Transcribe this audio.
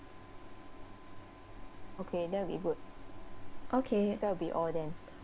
okay